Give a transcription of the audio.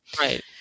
Right